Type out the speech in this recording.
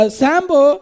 sambo